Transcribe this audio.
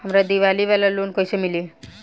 हमरा दीवाली वाला लोन कईसे मिली?